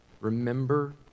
remember